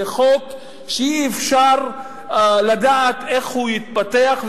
זה חוק שאי-אפשר לדעת איך הוא יתפתח,